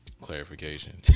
clarification